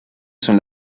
son